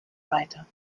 weiter